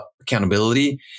accountability